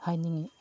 ꯍꯥꯏꯅꯤꯡꯉꯤ